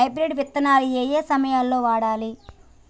Hybrid విత్తనాలు ఏయే సమయాల్లో వాడాలి?